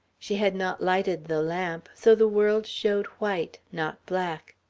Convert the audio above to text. she had not lighted the lamp, so the world showed white, not black.